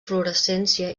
fluorescència